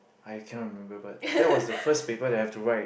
I cannot remember but that was the first paper that I have to write